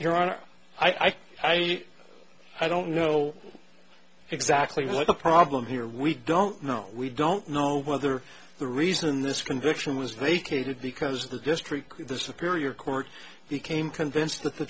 are i can i i don't know exactly what the problem here we don't know we don't know whether the reason this conviction was vacated because the district the superior court became convinced that the